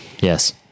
Yes